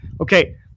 Okay